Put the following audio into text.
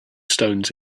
stones